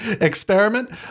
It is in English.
experiment